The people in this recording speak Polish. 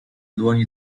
dłoni